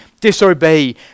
disobey